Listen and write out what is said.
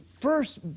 first